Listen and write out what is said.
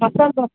மசால் dosa